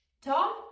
Tom